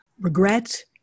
regret